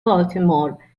baltimore